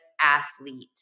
athlete